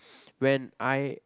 when I